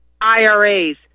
IRAs